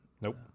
Nope